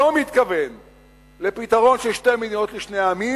לא מתכוון לפתרון של שתי מדינות לשני עמים.